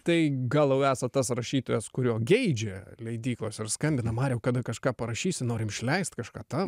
tai gal jau esat tas rašytojas kurio geidžia leidyklos ir skambina mariau kada kažką parašysi norim išleist kažką tavo